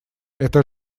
это